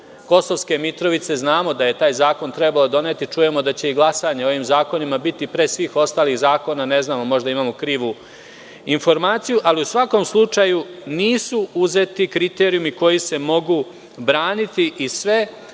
Kosovske Mitrovice znamo da je taj zakon trebalo doneti. Čujemo da će i glasanje o ovim zakonima biti pre svih ostalih zakona, ne znamo možda imamo krivu informaciju. Ali, u svakom slučaju, nisu uzeti kriterijumi koji se mogu braniti i sve